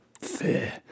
fear